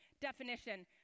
definition